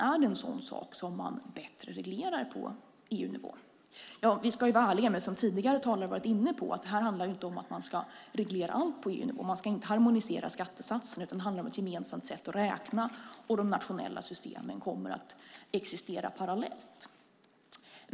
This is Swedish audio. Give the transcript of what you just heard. Är den en sådan sak som man bättre reglerar på EU-nivå? Som tidigare talare har varit inne på ska vi vara ärliga med att det här inte handlar om att man ska reglera allt på EU-nivå. Man ska inte harmonisera skattesatserna, utan det handlar om ett gemensamt sätt att räkna, och de nationella systemen kommer att existera parallellt.